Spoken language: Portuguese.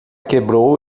quebrou